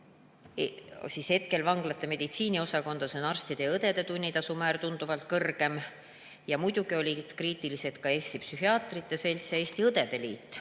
et praegu on vanglate meditsiiniosakondades arstide ja õdede tunnitasu määr tunduvalt kõrgem. Muidugi olid kriitilised Eesti Psühhiaatrite Selts ja Eesti Õdede Liit,